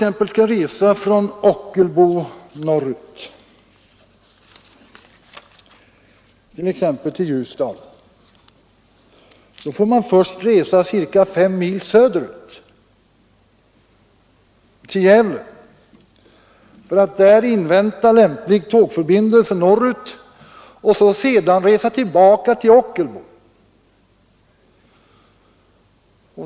Om man skall resa från Ockelbo norrut till t.ex. Ljusdal får man först resa ca 5 mil söderut till Gävle för att där invänta lämplig tågförbindelse norrut och sedan resa tillbaka till Ockelbo.